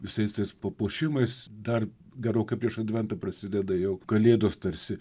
visais tais papuošimais dar gerokai prieš adventą prasideda jau kalėdos tarsi